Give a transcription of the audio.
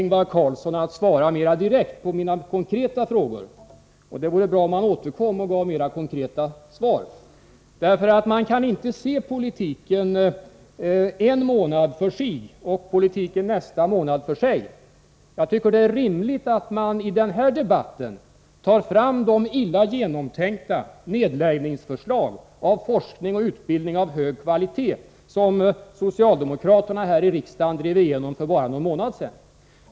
Ingvar Carlsson undvek att svara mera direkt på mina konkreta frågor, och det vore bra om han återkom och gav mera konkreta svar. Man kan nämligen inte se politiken en månad för sig och politiken nästa månad för sig. Det är rimligt att man i denna debatt tar fram de illa genomtänkta förslag om nedläggning av forskning och utbildning av hög kvalitet som socialdemokraterna här i riksdagen drev igenom för bara någon månad sedan.